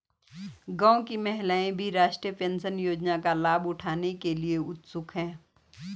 गांव की महिलाएं भी राष्ट्रीय पेंशन योजना का लाभ उठाने के लिए उत्सुक हैं